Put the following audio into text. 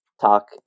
talk